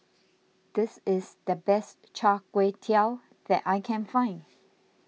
this is the best Char Kway Teow that I can find